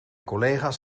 collega’s